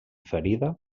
ferida